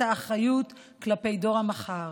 את האחריות כלפי דור המחר.